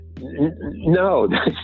No